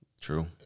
True